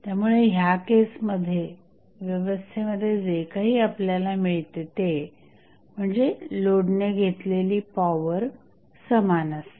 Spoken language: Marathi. त्यामुळे ह्या केसमध्ये व्यवस्थेमध्ये जे काही आपल्याला मिळते ते म्हणजे लोड ने घेतलेली पॉवर समान असते